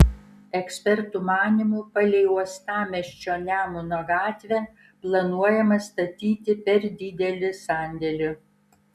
ekspertų manymu palei uostamiesčio nemuno gatvę planuojama statyti per didelį sandėlį